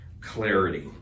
clarity